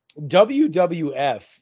WWF